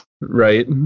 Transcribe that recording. right